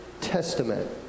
Testament